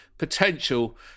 potential